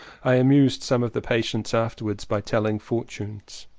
i amused some of the patients afterwards by telling fortunes.